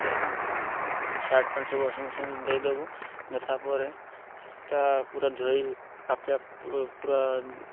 ଏ shirt pant ସବୁ washing ମେସିନ୍ରେ ଦେଇଦବୁ ଦେଲା ପରେ ସେଟା ପୁରା ଧୋଇ ଆପେ ପୁରା